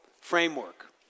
framework